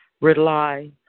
rely